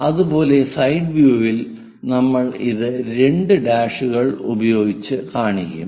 അതുപോലെ side view യിൽ നമ്മൾ ഇത് രണ്ട് ഡാഷുകൾ ഉപയോഗിച്ച് കാണിക്കും